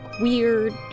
weird